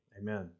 Amen